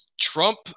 Trump